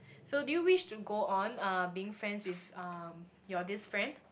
so do you wish to go on uh being friends with um your this friend